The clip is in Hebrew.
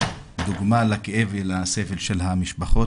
דוגמה לכאב ולסבל של המשפחות.